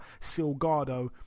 Silgado